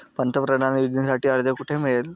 पंतप्रधान योजनेसाठी अर्ज कुठे मिळेल?